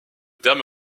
terme